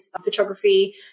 photography